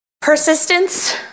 Persistence